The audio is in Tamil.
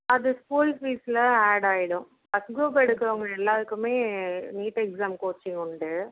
அது ஸ்கூல் ஃபீஸில் ஆட் ஆகிடும் ஃபஸ்ட் க்ரூப் எடுக்கிறவங்க எல்லோருக்குமே நீட் எக்ஸாம் கோச்சிங் உண்டு